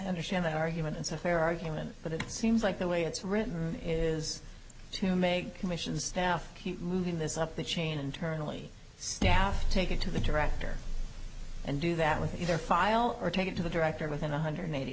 understand the argument it's a fair argument but it seems like the way it's written is to make commissions staff reading this up the chain internally staff take it to the director and do that with either file or take it to the director within one hundred eighty